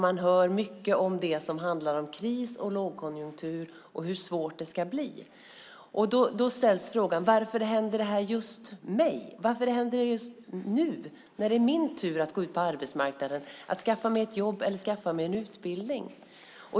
Man hör mycket om kris och lågkonjunktur och hur svårt det ska bli. Då ställs frågan: Varför händer det här just mig? Varför händer det just nu, när det är min tur att gå ut på arbetsmarknaden, skaffa mig ett jobb eller skaffa mig en utbildning?